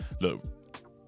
look